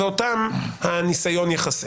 ואותן הניסיון יכסה.